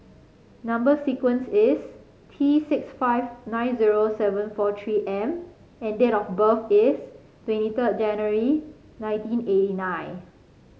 number sequence is T six five nine zero seven four three M and date of birth is twenty third January nineteen eighty nine